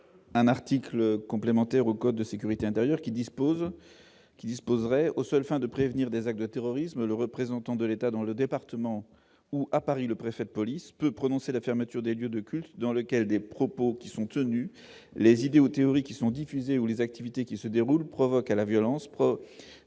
un article complémentaire au code de sécurité intérieure qui dispose, qui disposerait aux seules fins de prévenir des actes de terrorisme, le représentant de l'État dans le département ou à Paris, le préfet de police peut prononcer la fermeture des lieux de culte dans lequel des propos qui sont tenus les idéaux théories qui sont diffusés ou les activités qui se déroulent provoqua la violence